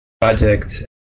project